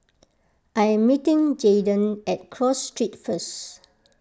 I am meeting Jaden at Cross Street first